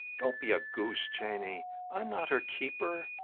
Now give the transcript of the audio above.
don't be a goose, janey i'm not her keeper.